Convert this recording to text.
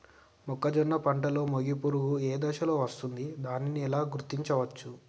మొక్కజొన్న పంటలో మొగి పురుగు ఏ దశలో వస్తుంది? దానిని ఎలా గుర్తించవచ్చు?